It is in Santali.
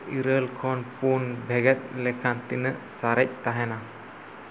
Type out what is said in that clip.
ᱤᱨᱟᱹᱞ ᱠᱷᱚᱱ ᱯᱩᱱ ᱵᱷᱮᱜᱮᱫ ᱞᱮᱠᱷᱟᱱ ᱛᱤᱱᱟᱹᱜ ᱥᱟᱨᱮᱡ ᱛᱟᱦᱮᱱᱟ